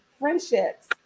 friendships